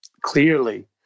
clearly